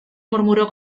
murmuró